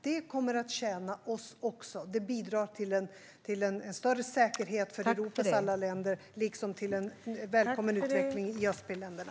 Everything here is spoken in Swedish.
Det kommer att tjäna oss också, och det bidrar till en större säkerhet för Europas alla länder liksom till en välkommen utveckling i öst-p-länderna.